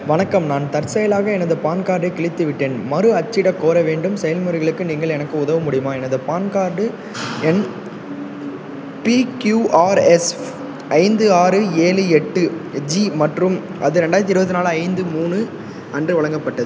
வணக்கம் நான் தற்செயலாக எனது பான் கார்டைக் கிழித்துவிட்டேன் மறு அச்சிடக் கோர வேண்டும் செயல்முறைகளுக்கு நீங்கள் எனக்கு உதவ முடியுமா எனது பான் கார்டு எண் பிக்யூஆர்எஸ் ஃப் ஐந்து ஆறு ஏழு எட்டு ஜி மற்றும் அது ரெண்டாயிரத்தி இருபத்தி நாலு ஐந்து மூணு அன்று வழங்கப்பட்டது